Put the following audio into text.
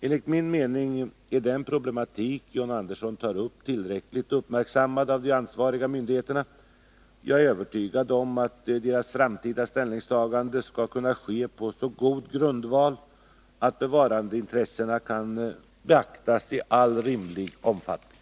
Enligt min mening är den problematik John Andersson tar upp tillräckligt uppmärksammad av de ansvariga myndigheterna. Jag är övertygad om att deras framtida ställningstaganden skall kunna ske på så god grundval att bevarandeintressena kan beaktas i all rimlig omfattning.